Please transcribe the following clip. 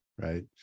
Right